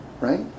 Right